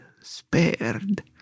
spared